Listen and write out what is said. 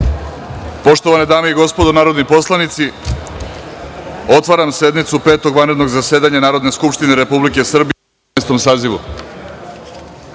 Poštovane dame i gospodo narodni poslanici, otvaram sednicu Petog vanrednog zasedanja Narodne skupštine Republike Srbije u Dvanaestom